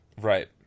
right